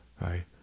right